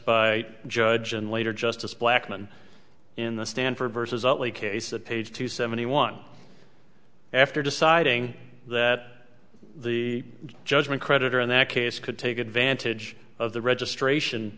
by judge and later justice blackmun in the stanford versus utley case of page two seventy one after deciding that the judgment creditor in that case could take advantage of the registration